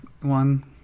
one